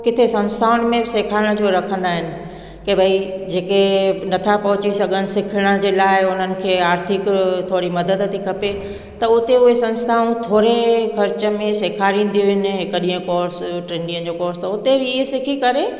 किथे संस्थाउनि में सिखाइण जो रखंदा आहिनि के ॿई जेके नथा पहुची सघनि सिखण जे लाइ हुननि खे आर्थिक थोरी मदद थी खपे त हुते उहे संस्थाउनि थोरे ख़र्च में सेखारींदियूं आहिनि हिकु ॾींहुं कोर्स टे ॾींहंनि जो कोर्स त हुते बि इहा सिखी करे